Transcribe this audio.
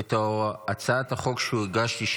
את הצעת החוק שהגשתי,